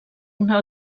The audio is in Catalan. una